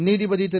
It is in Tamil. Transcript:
நீதிபதி திரு